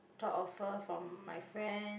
job offer from my friend